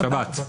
שבת.